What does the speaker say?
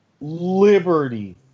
Liberty